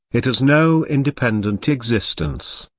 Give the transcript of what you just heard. it has no independent existence.